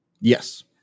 Yes